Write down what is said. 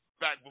back